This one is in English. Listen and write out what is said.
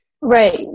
Right